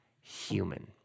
human